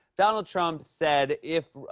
donald trump said if,